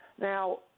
Now